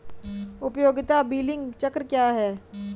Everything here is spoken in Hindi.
उपयोगिता बिलिंग चक्र क्या है?